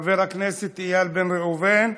חבר הכנסת איל בן ראובן,